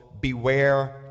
Beware